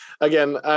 again